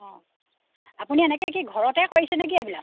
অঁ আপুনি এনেকৈ কি ঘৰতে কৰিছেনে কি এইবিলাক